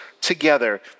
together